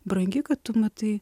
brangi kad tu matai